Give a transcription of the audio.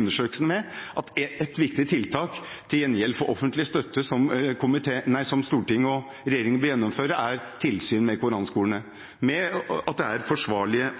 undersøkelsene – konkluderte med at et viktig tiltak til gjengjeld for offentlig støtte som Stortinget og regjeringen bør gjennomføre, er tilsyn med koranskolene og med at det er